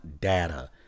data